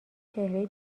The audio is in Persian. چهره